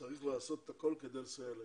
צריך לעשות הכול כדי לסייע להם.